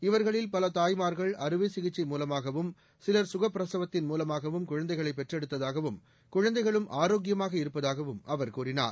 இவர்களில் பல தாய்மார்கள் அறுவை சிசிக்சை மூலமாகவும் சிவர் சுகப்பிரசவத்தின் மூலமாகவும் குழந்தைகளை பெற்றெடுத்தாகவும் குழந்தைகளும் ஆரோக்கியமாக இருப்பதாகவும் அவர் கூறினார்